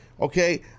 Okay